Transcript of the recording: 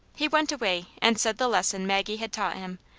he went away and said the lesson maggie had taught him,